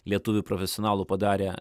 lietuvių profesionalų padarė